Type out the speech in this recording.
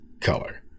color